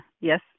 Yes